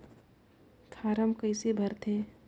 Form कइसे भरते?